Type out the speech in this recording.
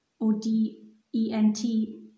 O-D-E-N-T